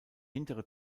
hintere